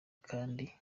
kandi